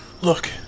look